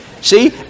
See